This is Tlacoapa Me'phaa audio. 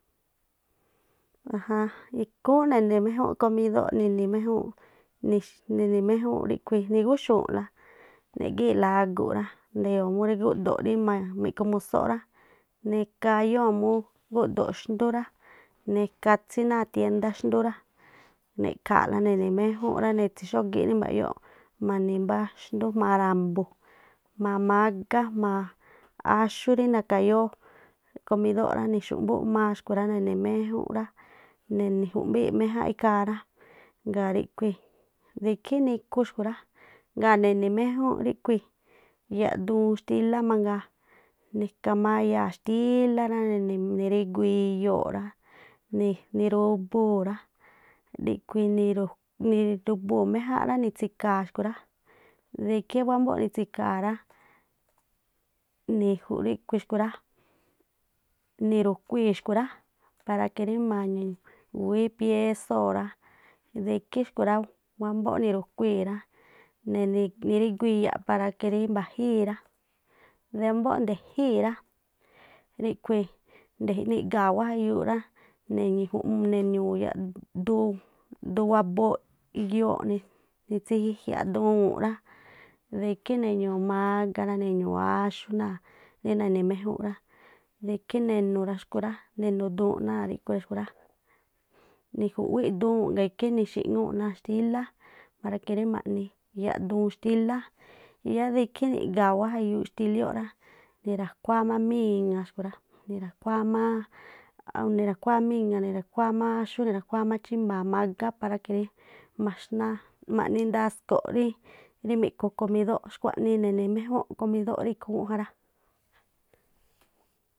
Ajáán ikhúúnꞌ na̱ni̱ méjúnꞌ komídó neni̱ méjúúnꞌ ne̱xx ne̱ni̱ méjúúnꞌ ríꞌkhui̱, nigúxu̱u̱nꞌla neꞌgíi̱la agu̱ꞌ rá, ndeyo̱o̱ murí ma gúꞌdo̱ꞌ rí mi̱ꞌkhu̱ musú rá, neka áyóo̱ mu gúꞌdo̱ꞌ xndú rá, nekátsí náa̱ tiendá xndú rá. Neꞌkha̱a̱la ne̱ni̱ méjúún ra ne̱tsi̱ xógíꞌ rí mba̱̱yóꞌ, ma̱ni̱ mbá xndú jma̱a ra̱mbu̱ jma̱a mágá jma̱a axú rí na̱ka̱yóó komidó rá nixu̱ꞌmbúꞌmaa xkui̱ rá, neni̱ méjúnꞌ rá, niju̱mbii̱ꞌ méjánꞌ ikhaa rá, ngaa̱ ríꞌkhui̱ de ikhí nikhu xkui̱ rá. Ŋgaa̱ ne̱ni̱ méjúnꞌ yaꞌduun xtílá mangaa, neka má áyáa̱ xtílá rá, nirígu iyoo̱ꞌ rá, ni̱rubuu rá, ríꞌkhui̱ ni̱ru̱j, niru̱buu̱ méjánꞌ rá, ni̱tsi̱kha̱a̱ xku̱ rá, de ikhí wámbó nitsi̱kha̱a̱ rá, niju̱ ríꞌkhui̱ xku rá, ni̱ru̱khuii̱ xkui̱ rá, para que rí ma̱gúwíín piésóo̱ rá de ikhí xkhui̱ rá wámbó niru̱kuii̱ rá, neniiꞌ nirúgu iyaꞌ para que rí mba̱ꞌjíi̱ rá, de ámbó de̱jíí̱ rá, ríꞌkhui̱ niga̱a̱ wá jayuuꞌ rá neñu̱u̱ yaꞌduun duun wabooꞌ yo̱o̱ꞌ ne̱ nitsi̱ji jiaꞌ duwuu̱n rá, de ikhí ne̱ñu̱u̱ mágá, ne̱ñu̱u̱ áxú náa̱ rí ne̱ni̱ méjúnꞌ rá, de ikhí ne̱nu̱ xkhu̱ rá, ne̱nu̱ duwuu̱n náa̱ ríꞌkhu̱ xku rá, niju̱ꞌwíꞌ duwuu̱n ngaa̱ ikhí nixi̱ꞌŋúu̱ꞌ náa̱ xtílá para que ri ma̱ꞌni yaꞌduun xtílá, yáá deikhí niga̱a̱ wá ja̱yuu̱ xtílió rá, nira̱khuáá má míŋa̱, nira̱khuáá áxú, nira̱khuáá má chímba̱a̱ mágá para que rí maxná ma̱ꞌni ndasko̱ rí mi̱ꞌkhu komídó xku̱aꞌnii ne̱ni̱ méjún komídó rí ikhúún ja rá.